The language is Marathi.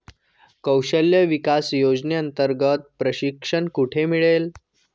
कौशल्य विकास योजनेअंतर्गत प्रशिक्षण कुठे मिळेल?